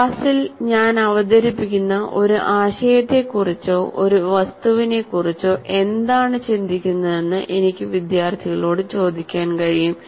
ക്ലാസ്സിൽ ഞാൻ അവതരിപ്പിക്കുന്ന ഒരു ആശയത്തെക്കുറിച്ചോ ഒരു വസ്തുവിനെക്കുറിച്ചോ എന്താണ് ചിന്തിക്കുന്നതെന്ന് എനിക്ക് വിദ്യാർത്ഥികളോട് ചോദിക്കാൻ കഴിയും